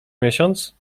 miesiąc